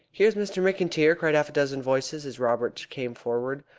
here's mr. mcintyre, cried half-a-dozen voices, as robert came forward.